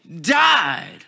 died